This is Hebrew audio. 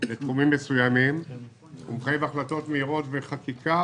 בתחומים מסוימים מחייב החלטות מהירות בחקיקה,